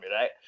right